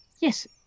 Yes